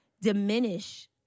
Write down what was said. diminish